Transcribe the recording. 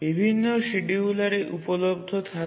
বিভিন্ন শিডিউলার উপলব্ধ থাকে